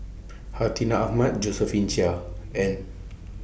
Hartinah Ahmad Josephine Chia and